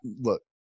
Look